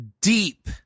deep